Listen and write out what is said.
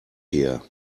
here